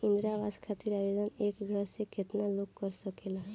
इंद्रा आवास खातिर आवेदन एक घर से केतना लोग कर सकेला?